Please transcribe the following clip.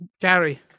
Gary